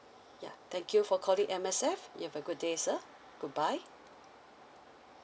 ya thank you for calling M_S_F you have a good day sir goodbye